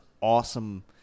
awesome